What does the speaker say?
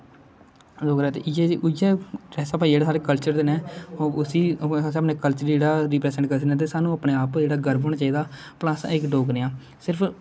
डोगरा ते इयै ड्रेसा पाइये साढ़े कल्चर कन्नै उसी साढ़े कल्चर जेहड़ा रिप्रजैंट करदे ते स्हानू अपने आप उप्पर जेहड़ा गर्व होना चाहिदा भला अस इक डोगरे आं सिर्फ